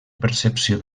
percepció